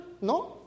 No